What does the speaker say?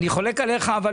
חולק עליך.